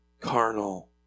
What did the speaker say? carnal